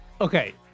Okay